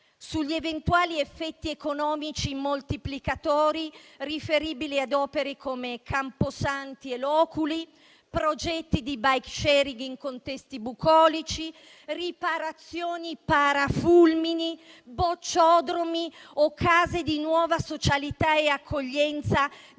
sugli eventuali effetti economici moltiplicatori riferibili ad opere come camposanti e loculi, progetti di *bike sharing* in contesti bucolici, riparazioni parafulmini, bocciodromi o case di nuova socialità e accoglienza di